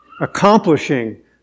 accomplishing